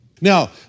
Now